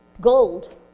Gold